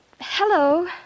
hello